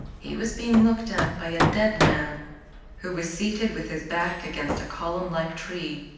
he was being looked at by a dead man who was seated with his back against a columnlike tree.